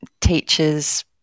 teachers –